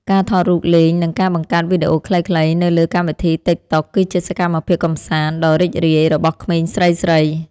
ការថតរូបលេងនិងការបង្កើតវីដេអូខ្លីៗនៅលើកម្មវិធីទិកតុកគឺជាសកម្មភាពកម្សាន្តដ៏រីករាយរបស់ក្មេងស្រីៗ។